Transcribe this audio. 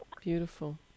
beautiful